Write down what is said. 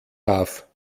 darf